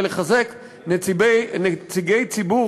ולחזק נציגי ציבור,